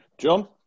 John